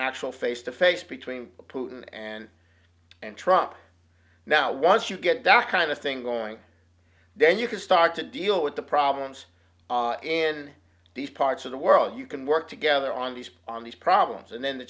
actual face to face between putin and and trump now once you get back on the thing going then you can start to deal with the problems in these parts of the world you can work together on these on these problems and then the